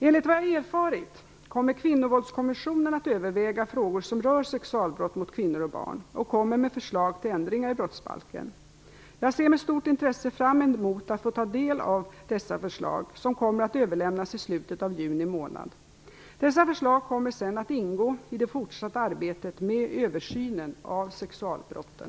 Enligt vad jag erfarit kommer Kvinnovåldskommissionen att överväga frågor som rör sexualbrott mot kvinnor och barn och komma med förslag till ändringar i brottsbalken. Jag ser med stort intresse fram emot att få ta del av dessa förslag som kommer att överlämnas i slutet av juni månad. Dessa förslag kommer sedan att ingå i det fortsatta arbetet med översynen av sexualbrotten.